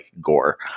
gore